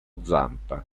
zampa